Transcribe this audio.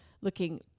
looking